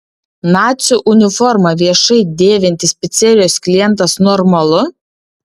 nacių uniformą viešai dėvintis picerijos klientas normalu